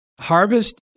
Harvest